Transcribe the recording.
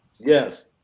Yes